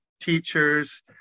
teachers